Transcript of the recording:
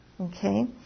Okay